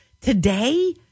Today